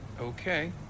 Okay